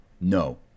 No